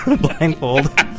Blindfold